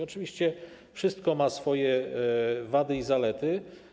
Oczywiście wszystko ma swoje wady i zalety.